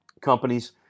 companies